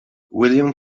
william